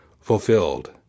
fulfilled